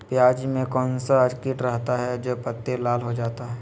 प्याज में कौन सा किट रहता है? जो पत्ती लाल हो जाता हैं